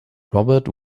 robert